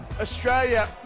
Australia